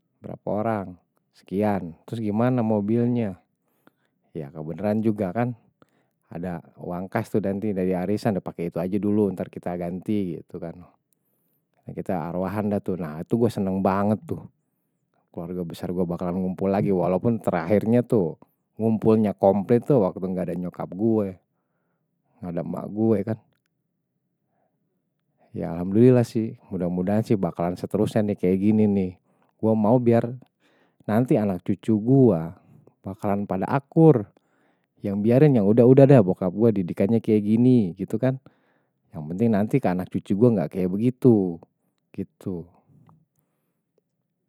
Berapa orang sekian. Terus gimana mobilnya ya kebenaran juga, kan. Ada uang kas itu nanti dari arisan. Pake itu aja dulu, ntar kita ganti. Gitu kan. Kita arwahanda tuh. Nah, itu gue seneng banget tuh. Keluarga besar gue bakalan ngumpul lagi, walaupun terakhirnya tuh ngumpulnya komplit tuh waktu gak ada nyokap gue. Nggak ada emak gue, kan. Ya alhamdulillah sih. Mudah mudahan sih bakalan seterusnya nih, kayak gini nih. Gue mau biar nanti anak cucu gue bakalan pada akur. Yang biarin, yang udah udah deh bokap gue didikanya kayak gini, gitu kan. Yang penting nanti ke anak cucu gue gak kayak begitu. Gitu.